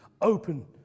open